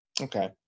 okay